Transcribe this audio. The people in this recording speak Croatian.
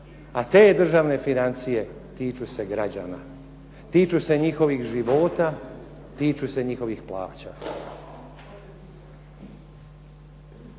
a te državne financije tiču se građana, tiču se njihovih života, tiču se njihovih plaća.